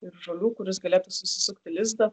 ir žolių kur jis galėtų susisukti lizdą